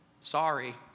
Sorry